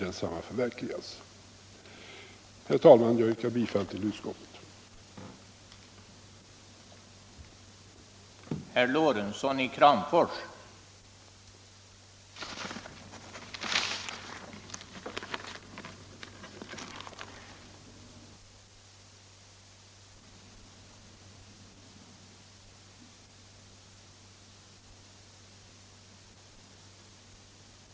Jag yrkar bifall till utskottets hemställan.